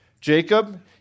Jacob